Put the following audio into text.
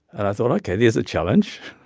and i thought, ok, there's a challenge.